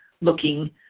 looking